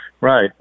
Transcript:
Right